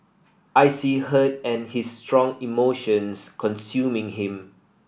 I see hurt and his strong emotions consuming him